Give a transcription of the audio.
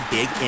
Big